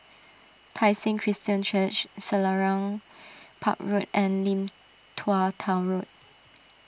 Tai Seng Christian Church Selarang Park Road and Lim Tua Tow Road